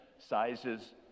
sizes